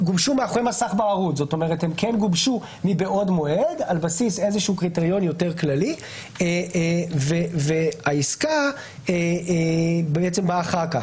גובשו מבעוד מועד על בסיס איזשהו קריטריון יותר כללי והעסקה באה אחר כך,